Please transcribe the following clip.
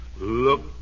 Look